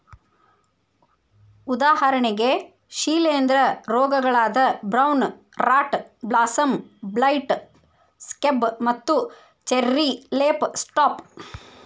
ಉದಾಹರಣೆಗೆ ಶಿಲೇಂಧ್ರ ರೋಗಗಳಾದ brown rot blossom blight, scab ಮತ್ತು ಚೆರ್ರಿ ಲೇಫ್ ಸ್ಪಾಟ್